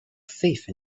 safe